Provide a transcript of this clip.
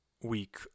week